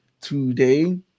today